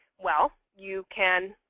well you can